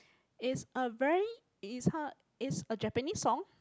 is a very is how is a Japanese song